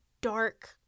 dark